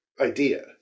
idea